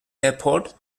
airport